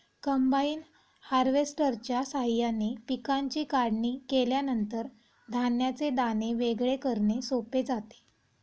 combine हार्वेस्टरच्या साहाय्याने पिकांची काढणी केल्यानंतर धान्याचे दाणे वेगळे करणे सोपे जाते